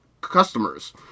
customers